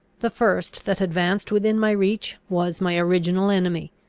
the first that advanced within my reach, was my original enemy.